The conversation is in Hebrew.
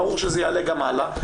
ברור שזה יעלה גם הלאה,